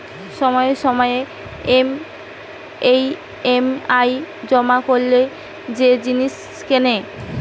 সময়ে সময়ে ই.এম.আই জমা করে যে জিনিস কেনে